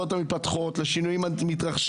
נוצר פער,